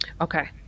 Okay